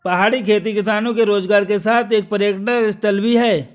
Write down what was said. पहाड़ी खेती किसानों के रोजगार के साथ एक पर्यटक स्थल भी है